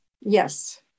Yes